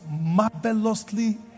marvelously